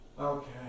Okay